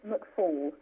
McFall